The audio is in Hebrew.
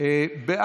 נתקבלו.